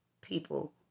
people